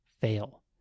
fail